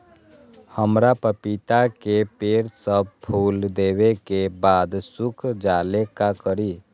हमरा पतिता के पेड़ सब फुल देबे के बाद सुख जाले का करी?